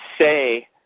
say